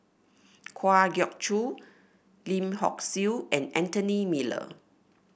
Kwa Geok Choo Lim Hock Siew and Anthony Miller